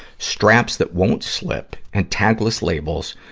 straps that won't slip, and tagless labels,